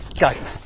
go